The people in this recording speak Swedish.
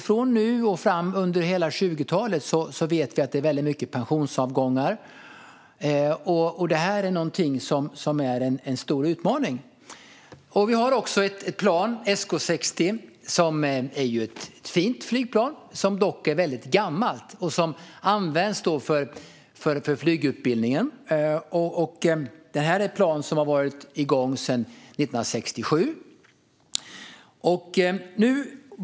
Från nu och framåt under hela 20-talet vet vi att det är många pensionsavgångar, och detta är en stor utmaning. Vi har också ett plan, SK 60, som används i flygutbildningen. Det är ett fint flygplan som dock är väldigt gammalt - det har varit igång sedan 1967.